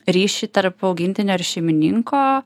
ryšį tarp augintinio ir šeimininko